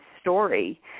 story